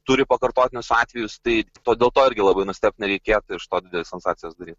turi pakartotinius atvejus tai to dėl to irgi labai nustebt nereikėtų iš to sensacijos daryt